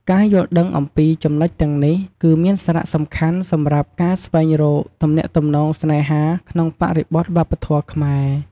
ការយល់ដឹងអំពីចំណុចទាំងនេះ គឺមានសារៈសំខាន់សម្រាប់ការស្វែងរកទំនាក់ទំនងស្នេហាក្នុងបរិបទវប្បធម៌ខ្មែរ។